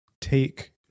take